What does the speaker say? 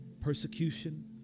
persecution